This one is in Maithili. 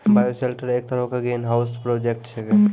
बायोशेल्टर एक तरह के ग्रीनहाउस प्रोजेक्ट छेकै